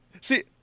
See